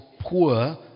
poor